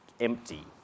empty